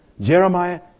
Jeremiah